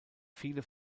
viele